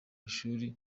ishuri